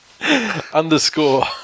underscore